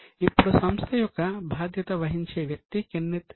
ఇప్పుడు సంస్థ యొక్క బాధ్యత వహించే వ్యక్తి కెన్నెత్ లే